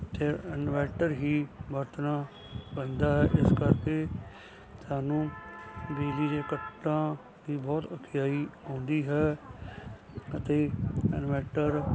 ਇੱਥੇ ਇਨਵੈਟਰ ਹੀ ਵਰਤਣਾ ਪੈਂਦਾ ਹੈ ਇਸ ਕਰਕੇ ਸਾਨੂੰ ਬਿਜਲੀ ਦੇ ਕੱਟਾਂ ਦੀ ਬਹੁਤ ਔਖਿਆਈ ਆਉਂਦੀ ਹੈ ਅਤੇ ਇਨਵੈਟਰ